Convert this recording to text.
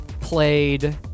played